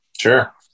Sure